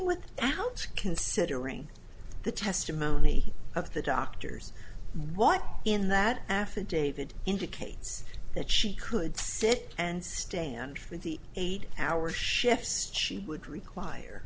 house considering the testimony of the doctor's wife in that affidavit indicates that she could sit and stand for the eight hour shifts she would require